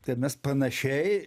kad mes panašiai